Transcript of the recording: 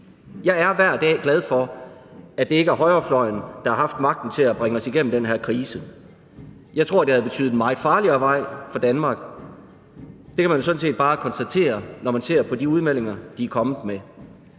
Jeg er hver dag glad for, at det ikke er højrefløjen, der har haft magten til at skulle bringe os igennem den her krise. Jeg tror, det havde betydet en meget farligere vej for Danmark. Det kan man jo sådan set bare konstatere, når man ser på de udmeldinger, de er kommet med.